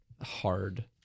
hard